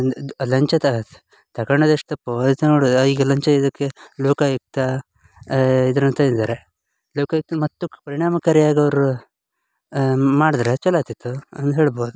ದ್ ಲಂಚ ತಕ್ ತಕಳದ್ ಎಷ್ಟು ತಪ್ಪೋ ಈಗ ಲಂಚ ಇದಕ್ಕೆ ಲೋಕಾಯುಕ್ತ ಇದರಂತೆ ಇದ್ದಾರೆ ಲೋಕಾಯುಕ್ತ ಮತ್ತು ಪರಿಣಾಮಕಾರಿ ಆಗವ್ರು ಮಾಡಿದರೆ ಚಲೋ ಆಗ್ತಿತ್ತು ಅಂದು ಹೇಳ್ಬೋದು